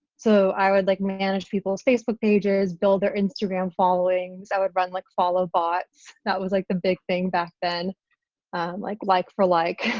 so i would like manage people's facebook pages, build their instagram followings, i would run like follow bots. that was like the big thing back then like like for like,